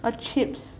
or chips